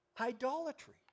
idolatry